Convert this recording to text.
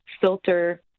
filter